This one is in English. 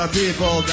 people